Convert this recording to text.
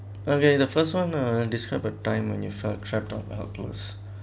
okay the first one uh describe a time when you felt trapped or helpless